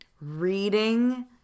Reading